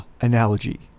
analogy